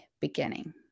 beginning